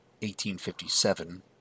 1857